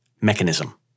mechanism